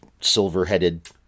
silver-headed